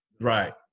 Right